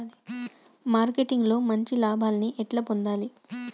Marketing లో మంచి లాభాల్ని ఎట్లా పొందాలి?